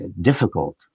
difficult